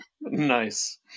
nice